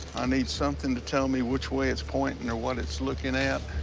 i need something to tell me which way it's pointing or what it's looking at.